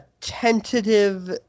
tentative